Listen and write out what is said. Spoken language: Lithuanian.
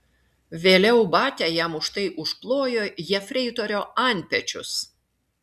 vėliau batia jam už tai užplojo jefreiterio antpečius